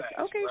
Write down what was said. Okay